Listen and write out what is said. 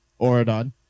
Oradon